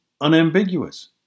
unambiguous